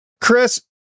Chris